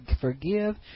forgive